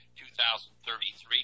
2033